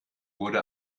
wurde